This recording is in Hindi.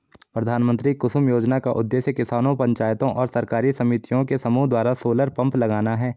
प्रधानमंत्री कुसुम योजना का उद्देश्य किसानों पंचायतों और सरकारी समितियों के समूह द्वारा सोलर पंप लगाना है